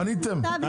פניתם?